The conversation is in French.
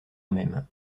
même